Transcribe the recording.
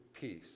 peace